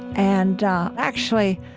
and actually,